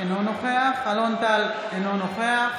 אינו נוכח אלון טל, אינו נוכח